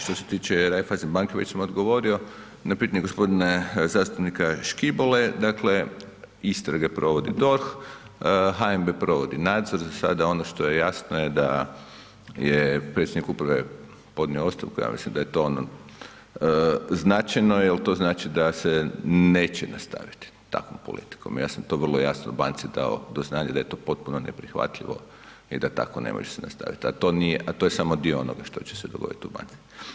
Što se tiče Raiffeisenbanke već sam odgovorio na pitanje gospodine zastupnika Škibole, dakle istrage provodi DORH, HNB provodi nadzor, za sada ono što je jasno je da je predsjednik uprave podnio ostavku, ja mislim da je to značajno jel to znači da se neće nastaviti takvom politikom, ja sam to vrlo jasno banci dao do znanja da je to potpuno neprihvatljivo i da tako ne može se nastavit, a to nije, a to je samo dio onoga što će se dogoditi u banci.